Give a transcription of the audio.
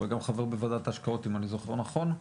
אבל גם חבר בוועדת ההשקעות אם אני זוכר נכון.